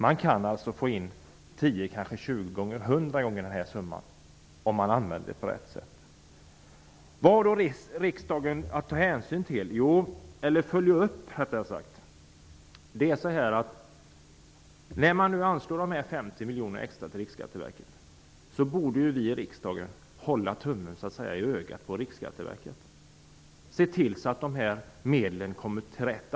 Man kan alltså få in 10, 20 eller kanske 100 gånger nämnda summa om pengarna används på rätt sätt. Vad har då riksdagen att följa upp? Jo, när de 50 extramiljonerna till Riksskatteverket anslås borde vi i riksdagen hålla tummen på ögat på Riksskatteverket. Vi borde se till att medlen används på rätt sätt.